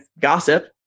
gossip